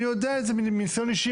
אני יודע את זה מניסיון אישי,